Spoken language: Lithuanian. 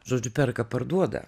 žodžiu perka parduoda